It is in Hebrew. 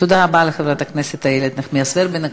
תודה רבה לחברת הכנסת איילת נחמיאס ורבין.